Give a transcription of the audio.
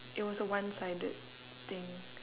it was a one sided thing